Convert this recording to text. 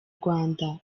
rwanda